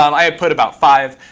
i put about five.